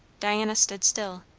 diana stood still.